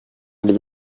izina